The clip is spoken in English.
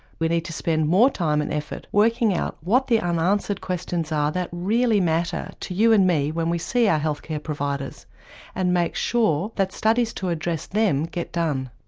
we need to spend more time and effort working out what the unanswered questions are that really matter to you and me when we see our health care providers and make sure that studies to address them get done.